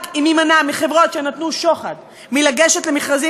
רק אם יימנע מחברות שנתנו שוחד לגשת למכרזים